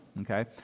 okay